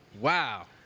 Wow